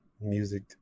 music